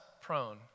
prone